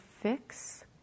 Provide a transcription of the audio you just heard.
fix